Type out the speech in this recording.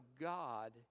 God